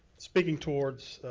speaking towards